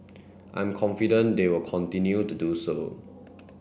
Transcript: I'm confident they will continue to do so